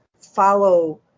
follow